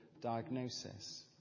diagnosis